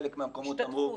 בחלק מהמקומות אמרו,